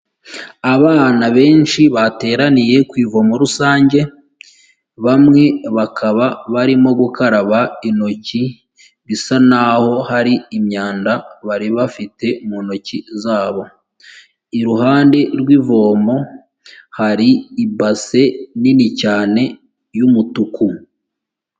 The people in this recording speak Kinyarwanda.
Abana benshi bateraniye ku ivomo rusange, bamwe bakaba barimo gukaraba intoki, bisa naho hari imyanda bari bafite mu ntoki zabo, iruhande rw'ivomo hari ibase nini cyane y'umutuku.